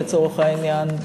לצורך העניין,